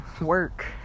work